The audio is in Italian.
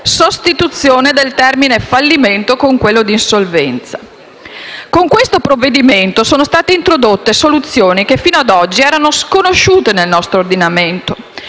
sostituzione del termine «fallimento» con quello di «insolvenza». Con questo provvedimento sono state introdotte soluzioni che, fino ad oggi, erano sconosciute nel nostro ordinamento.